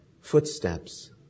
footsteps